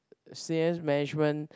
senior management